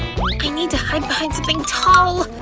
i need to hide behind something tall!